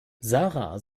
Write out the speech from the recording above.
sarah